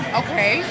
okay